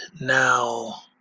now